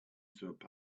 through